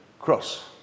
Cross